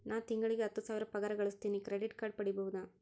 ನಾನು ತಿಂಗಳಿಗೆ ಹತ್ತು ಸಾವಿರ ಪಗಾರ ಗಳಸತಿನಿ ಕ್ರೆಡಿಟ್ ಕಾರ್ಡ್ ಪಡಿಬಹುದಾ?